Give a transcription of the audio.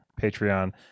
Patreon